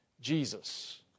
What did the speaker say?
Jesus